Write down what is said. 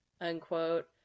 unquote